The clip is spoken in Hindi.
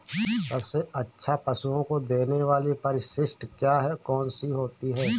सबसे अच्छा पशुओं को देने वाली परिशिष्ट क्या है? कौन सी होती है?